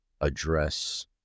address